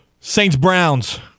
Saints-Browns